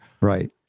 right